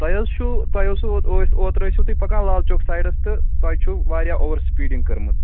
تۄہہِ حظ چھُو تۄہہِ اوسوٕ او اوترٕ ٲسوٕ تُہۍ پَکان لال چوک سایڈَس تہٕ تۄہہِ چھُو واریاہ اوٚوَر سُپیٖڈِنٛگ کٔرمٕژ